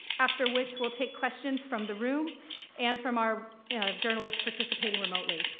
after which we'll take questions from the room and from our journalists participating remotely.